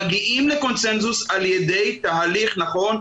מגיעים לקונצנזוס על ידי תהליך נכון,